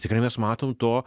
tikrai mes matom to